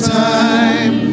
time